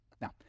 Now